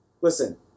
Listen